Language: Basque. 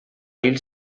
hil